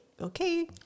okay